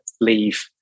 leave